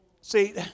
See